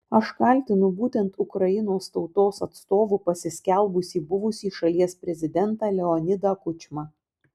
aš kaltinu būtent ukrainos tautos atstovu pasiskelbusį buvusį šalies prezidentą leonidą kučmą